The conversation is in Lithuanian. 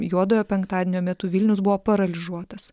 juodojo penktadienio metu vilnius buvo paralyžiuotas